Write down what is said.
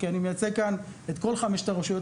כי אני מייצג כאן את כל חמש הרשויות,